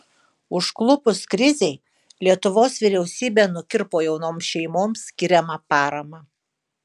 užklupus krizei lietuvos vyriausybė nukirpo jaunoms šeimoms skiriamą paramą